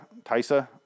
Taisa